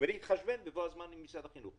ולהתחשבן בבוא הזמן עם משרד החינוך,